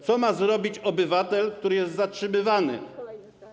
Co ma zrobić obywatel, który jest zatrzymywany?